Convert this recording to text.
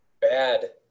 bad